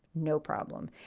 no problem.